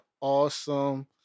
awesome